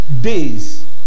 days